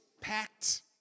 packed